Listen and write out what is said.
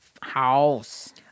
House